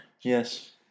Yes